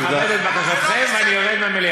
בבקשה, אני מבקש לרדת.